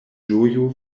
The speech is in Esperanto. ĝojo